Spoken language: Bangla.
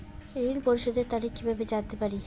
ঋণ পরিশোধের তারিখ কিভাবে জানতে পারি?